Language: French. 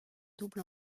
double